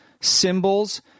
symbols